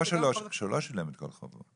שהוא לא שילם את כל חובו.